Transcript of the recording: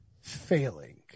failing